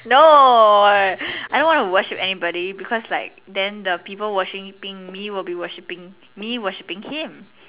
no I don't want to worship anybody because like then the people worshiping me will be worshiping me worshiping him